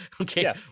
Okay